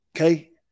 Okay